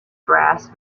brass